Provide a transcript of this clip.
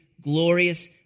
glorious